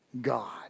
God